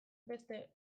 beste